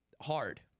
hard